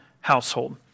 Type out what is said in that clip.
household